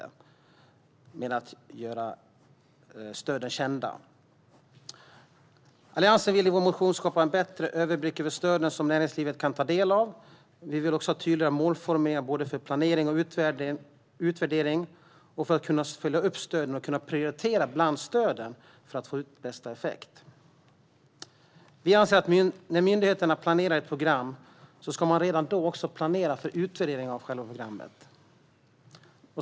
Det handlar om att göra stöden kända. Vi i Alliansen vill i vår motion skapa en bättre överblick över de stöd som näringslivet kan ta del av. Vi vill också ha tydligare målformuleringar för både planering och utvärdering för att kunna följa upp stöden och kunna prioritera bland stöden för att få ut bästa effekt. Vi anser att myndigheterna redan när de planerar ett program också ska planera för en utvärdering av programmet.